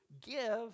give